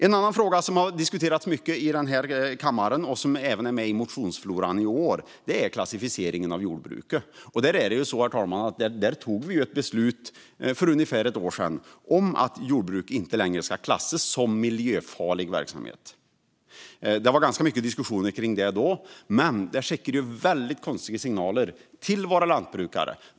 En annan fråga som har diskuterats mycket i denna kammare och som även är med i motionsfloran i år är klassificeringen av jordbruket. Vi tog ett beslut för ungefär ett år sedan om att jordbruk inte längre ska klassas som miljöfarlig verksamhet. Det var ganska mycket diskussioner om detta då. Det skickade väldigt konstiga signaler till våra lantbrukare.